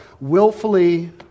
willfully